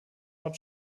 ort